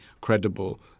credible